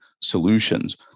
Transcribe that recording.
solutions